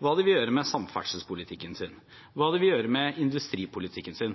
hva de vil gjøre med samferdselspolitikken sin, og hva de vil gjøre med industripolitikken sin.